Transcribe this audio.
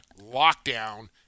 lockdown